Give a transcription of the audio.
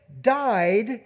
died